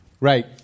Right